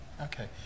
Okay